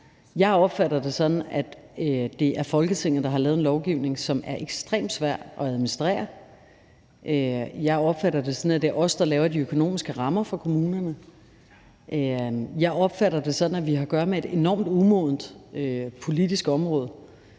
Jeg opfatter det sådan, at det er Folketinget, der har lavet en lovgivning, som er ekstremt svær at administrere, jeg opfatter det sådan, at det er os, der laver de økonomiske rammer for kommunerne, og jeg opfatter det sådan, at vi har at gøre med et enormt umodent politisk område,